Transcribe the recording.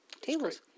tables